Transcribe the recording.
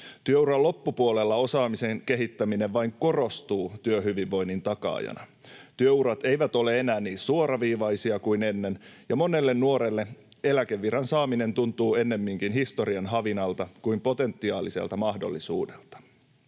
Työuran loppupuolella osaamisen kehittäminen vain korostuu työhyvinvoinnin takaajana. Työurat eivät ole enää niin suoraviivaisia kuin ennen, ja monelle nuorelle eläkeviran saaminen tuntuu ennemminkin historian havinalta kuin potentiaaliselta mahdollisuudelta.